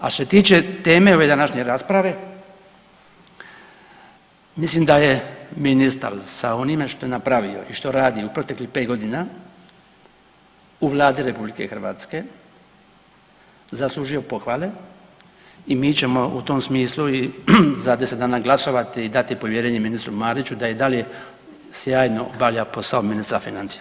A što se tiče teme ove današnje rasprave mislim da je ministar sa onime što je napravio i što radi u proteklih 5.g. u Vladi RH zaslužio pohvale i mi ćemo u tom smislu i za 10 dana glasovati i dati povjerenje ministru Mariću da i dalje sjajno obavlja posao ministra financija.